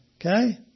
Okay